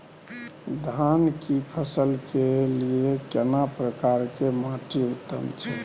धान की फसल के लिये केना प्रकार के माटी उत्तम छै?